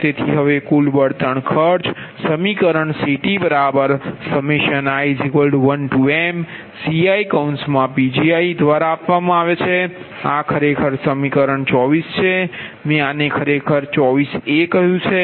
તેથી હવે કુલ બળતણ ખર્ચ સમીકરણ CTi 1mCiPgi દ્વારા આપવામાં આવે છે આ ખરેખર સમીકરણ 24 છે મેં આને ખરેખર 24 કહ્યુ છે